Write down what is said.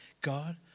God